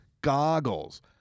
goggles